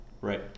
right